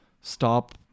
stop